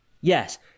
Yes